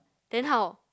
then how